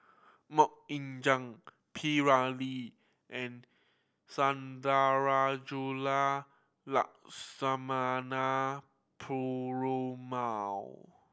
Mok Ying Jang P Ramlee and Sundarajulu Lakshmana Perumal